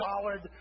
solid